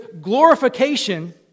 glorification